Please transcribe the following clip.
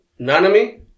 Nanami